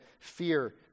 fear